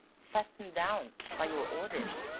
fastened down, by your orders,